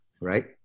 right